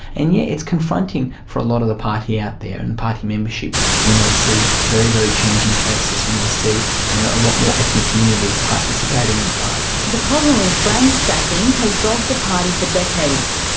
and yes, it's confronting for a lot of the parties out there and party membership when they see very, very changing faces, when they see you know a lot more ethnic communities participating in the party. the problem of branch stacking has dogged the party for decades.